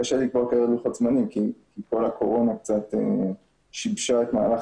קשה לקבוע כרגע לוחות זמנים כי הקורונה קצת שיבשה את מהלך